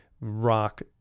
rock